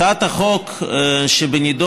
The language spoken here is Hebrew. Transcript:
הצעת החוק שבנדון,